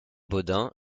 baudin